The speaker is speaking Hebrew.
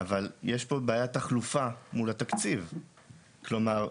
אבל יש פה בעיית תחלופה מול התקציב, כלומר,